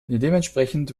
dementsprechend